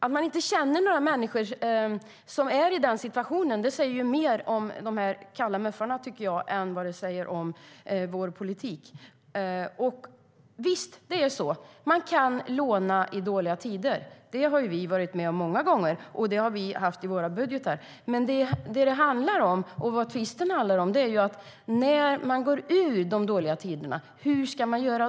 Att man inte känner någon som är i den situationen tycker jag säger mer om de kalla Muf:arna än om vår politik. Visst kan man låna i dåliga tider. Det har vi varit med om många gånger, och det har vi haft i våra budgetar. Men det som tvisten handlar om är hur man ska göra när man går ur de dåliga tiderna.